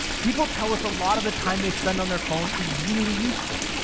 people tell us a lot of the time they spend on their phone is really useful.